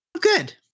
Good